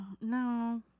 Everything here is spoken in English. no